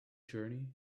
journey